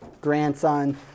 grandson